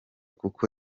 kuko